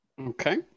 Okay